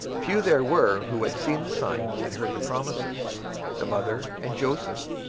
few there were who had seen the signs and heard the promises the mother and joseph,